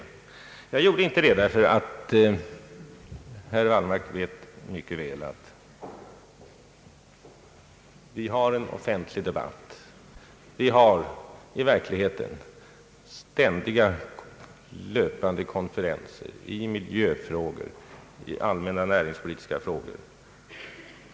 Herr Wallmark vet mycket väl att vi från regeringens sida utöver en offentlig debatt har löpande konferenser med näringslivet, i miljöfrågor och i allmänna näringspolitiska frågor.